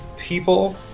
people